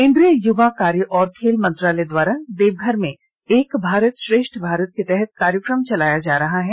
केंद्रीय युवा कार्य और खेल मंत्रालय द्वारा देवघर में एक भारत श्रेष्ठ भारत के तहत कार्यक्रम चलाया जा रहा है